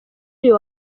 uyu